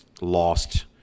lost